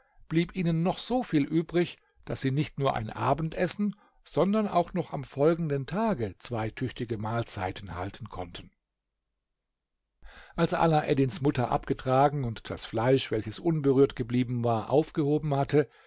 blieb ihnen noch so viel übrig daß sie nicht nur ein abendessen sondern auch noch am folgenden tage zwei tüchtige mahlzeiten halten konnten als alaeddins mutter abgetragen und das fleisch welches unberührt geblieben war aufgehoben hatte